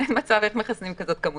אין מצב, איך מחסנים כמות כזאת?